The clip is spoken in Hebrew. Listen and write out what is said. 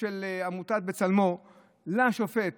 של עמותת בצלמו על ההתבטאות הזאת של השופט